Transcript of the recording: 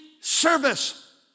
service